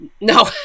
No